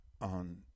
on